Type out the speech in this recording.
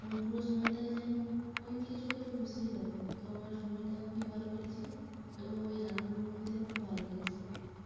এবং পুরো সময়টা যেন কোন দিকে চলে গেল বুঝতেই পারিনি তো আমার সময়টা খুবই ভালো কেটেছিল এবং ওই রান্নার অনুভূতি আমার খুব ভালো লেগেছিল